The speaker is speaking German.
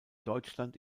deutschland